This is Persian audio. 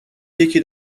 یکی